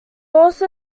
also